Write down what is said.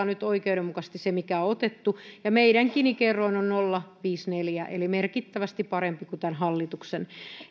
nyt oikeudenmukaisesti se mikä on otettu meidän gini kertoimemme on nolla pilkku viisikymmentäneljä eli merkittävästi parempi kuin tämän hallituksen